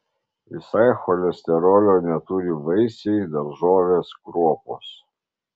visai cholesterolio neturi vaisiai daržovės kruopos